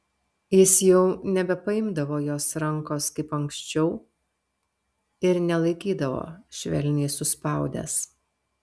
jis jau nebepaimdavo jos rankos kaip anksčiau ir nelaikydavo švelniai suspaudęs